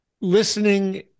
listening